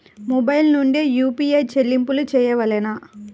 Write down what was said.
Mobile నుండే UPI చెల్లింపులు చేయవలెనా?